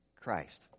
Christ